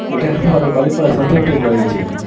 ଇଟା ଆମର୍ ବାଲିପଡ଼ା ସତ୍ୟ ହୋଟେଲ୍କେ ଲାଗିଛେ କେଁ